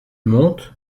monte